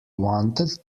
wanted